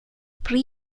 pre